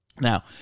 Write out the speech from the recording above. Now